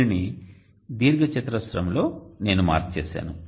దీనిని దీర్ఘచతురస్రంలో నేను మార్క్ చేశాను